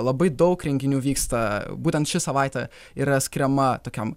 labai daug renginių vyksta būtent ši savaitė yra skiriama tokiam